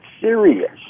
serious